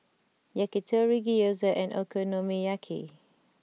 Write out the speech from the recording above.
Yakitori Gyoza and Okonomiyaki